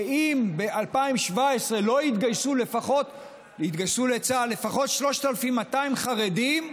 שאם ב-2017 לא יתגייסו לצה"ל לפחות 3,200 חרדים,